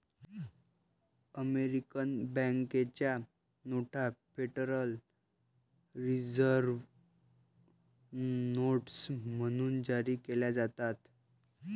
American बँकेच्या नोटा federal reserve notes म्हणून जारी केल्या जातात